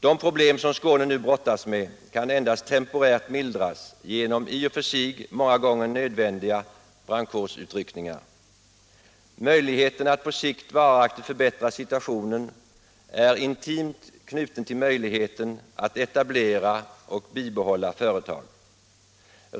De problem som Skåne nu brottas med kan endast temporärt mildras genom i och för sig många gånger nödvändiga brandkårsutryckningar. Möjligheten att på sikt varaktigt förbättra situationen är intimt knuten till möjligheten att etablera och bibehålla företag.